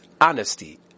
honesty